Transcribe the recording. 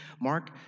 Mark